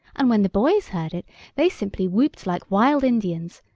and when the boys heard it they simply whooped like wild indians,